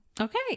Okay